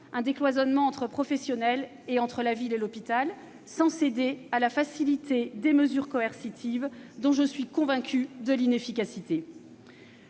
un décloisonnement entre les praticiens et entre la ville et l'hôpital, sans pour autant céder à la facilité des mesures coercitives, dont je suis convaincue de l'inefficacité.